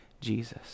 Jesus